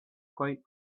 quite